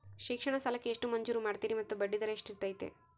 ಶಿಕ್ಷಣ ಸಾಲಕ್ಕೆ ಎಷ್ಟು ಮಂಜೂರು ಮಾಡ್ತೇರಿ ಮತ್ತು ಬಡ್ಡಿದರ ಎಷ್ಟಿರ್ತೈತೆ?